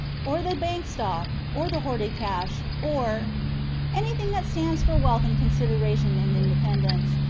or the bank stock, or the hoarded cash, or anything that stands for wealth and consideration and independence,